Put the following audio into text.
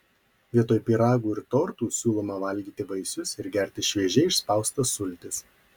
vietoj pyragų ir tortų siūloma valgyti vaisius ir gerti šviežiai išspaustas sultis